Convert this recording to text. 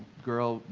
girl,